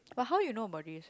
but how you know about this